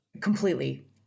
Completely